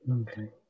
Okay